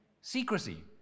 Secrecy